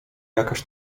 jakaś